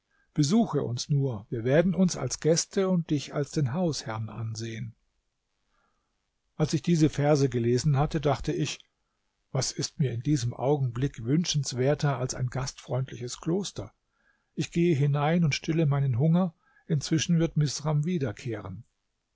besuche uns nur wir werden uns als gäste und dich als den hausherrn ansehen als ich diese verse gelesen hatte dachte ich was ist mir in diesem augenblick wünschenswerter als ein gastfreundliches kloster ich gehe hinein und stille meinen hunger inzwischen wird misram wiederkehren